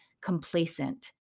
complacent